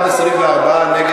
משתי הסיבות האלה באה